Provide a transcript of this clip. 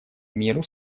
миру